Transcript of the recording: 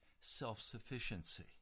Self-sufficiency